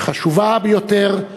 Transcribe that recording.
שהיא חשובה ביותר,